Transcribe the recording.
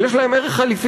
אבל יש להם ערך חליפין,